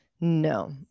no